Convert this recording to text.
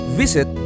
visit